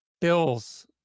bills